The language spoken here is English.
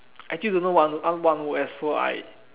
I actually don't know what what I want work as so I